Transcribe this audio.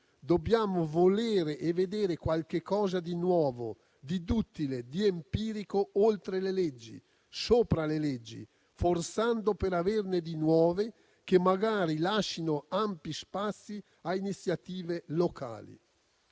Dobbiamo volere e vedere qualche cosa di nuovo, di duttile, di empirico, oltre le leggi, sopra le leggi, forzando per averne di nuove, che magari lascino ampi spazi a iniziative locali.